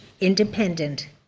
Independent